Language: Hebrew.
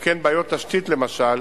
שכן בעיות תשתית, למשל,